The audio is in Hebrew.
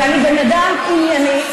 ואני בן אדם ענייני,